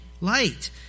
light